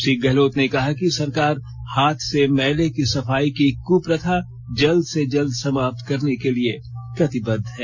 श्री गहलोत ने कहा कि सरकार हाथ से मैले की सफाईकी कुप्रथा जल्द से जल्द समाप्त करने के लिए प्रतिबद्ध है